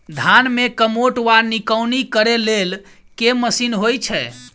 धान मे कमोट वा निकौनी करै लेल केँ मशीन होइ छै?